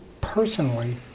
personally